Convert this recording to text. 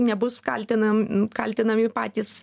nebus kaltinam kaltinami patys